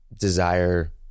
desire